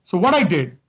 so what i did,